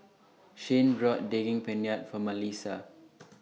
Shyann bought Daging Penyet For Malissa